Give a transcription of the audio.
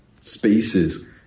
spaces